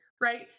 right